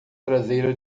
traseira